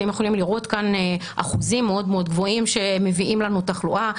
אתם יכולים לראות כאן אחוזים מאוד גבוהים שמביאים לנו תחלואה,